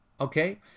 Okay